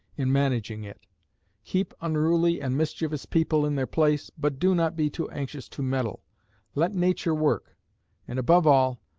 in managing it keep unruly and mischievous people in their place, but do not be too anxious to meddle let nature work and above all,